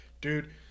dude